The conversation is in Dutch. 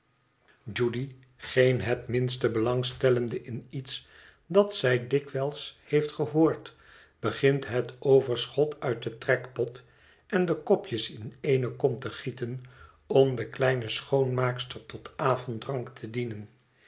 judy geen het minste belangstellende in iets dat zij dikwijls heeft gehoord begint het overschot uit den trekpot en de kopjes in eene kom te gieten om de kleine schoonmaakster tot avonddrank te dienen